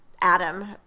Adam